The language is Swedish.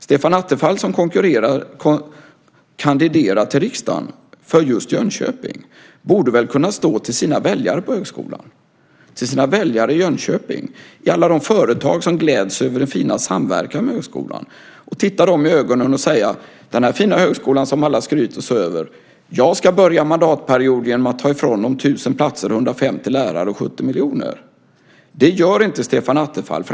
Stefan Attefall som kandiderar till riksdagen för just Jönköping borde väl kunna stå för det inför sina väljare på högskolan, sina väljare i Jönköping och alla de företag som gläds över den fina samverkan med högskolan. Han borde titta dem i ögonen och säga: Den här fina högskolan som alla skryter så över, jag ska börja mandatperioden med att ta ifrån den 1 000 platser, 150 lärare och 70 miljoner. Det gör inte Stefan Attefall.